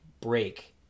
break